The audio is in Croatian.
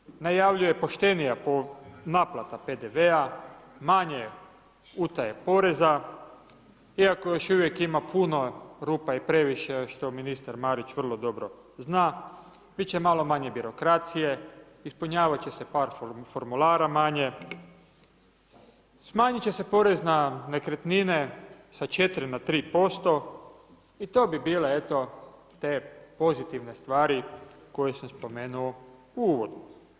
Također se najavljuje poštenija naplata PDV-a, manje utaje poreza, iako još uvijek ima puno rupa i previše što ministar Marić vrlo dobro zna, bit će malo manje birokracije, ispunjavat će se par formulara manje, smanjit će se porez na nekretnine sa 4 na 3% i to bi bile eto te pozitivne stvari koje sam spomenuo u uvodu.